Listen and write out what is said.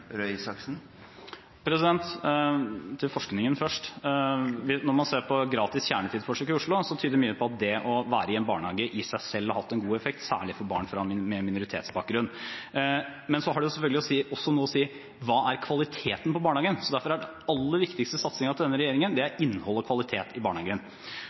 til forskningen: Når man ser på forsøk med gratis kjernetid i Oslo, tyder mye på at det å være i en barnehage i seg selv har hatt en god effekt, særlig for barn med minoritetsbakgrunn. Men det har selvfølgelig også noe å si hvordan kvaliteten i barnehagen er. Derfor er den aller viktigste satsingen til denne regjeringen innhold og kvalitet i barnehagen.